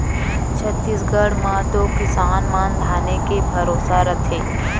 छत्तीसगढ़ म तो किसान मन धाने के भरोसा रथें